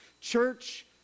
Church